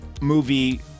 movie